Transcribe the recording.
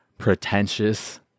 Pretentious